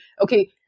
okay